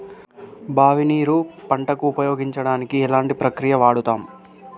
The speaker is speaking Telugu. బావి నీరు ను పంట కు ఉపయోగించడానికి ఎలాంటి ప్రక్రియ వాడుతం?